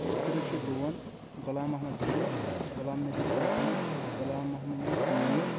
Abdul Rashid Lone Ghulam Mohammad Ganai Ghulam Nabi Chopan Ghulam Mohammad Mir